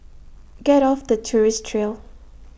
get off the tourist trail